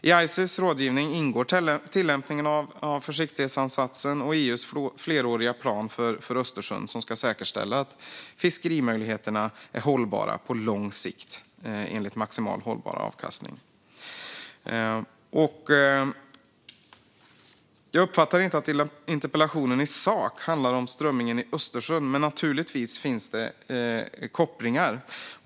I ICES rådgivning ingår tillämpningen av försiktighetsansatsen och EU:s fleråriga plan för Östersjön, som ska säkerställa att fiskemöjligheterna är hållbara på lång sikt enligt maximal hållbar avkastning. Jag uppfattar inte att interpellationen i sak handlar om strömmingen i Östersjön, men naturligtvis finns det kopplingar.